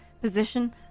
position